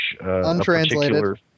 Untranslated